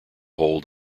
hold